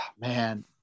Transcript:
Man